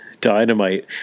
dynamite